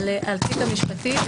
התיק המשפטי,